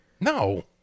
No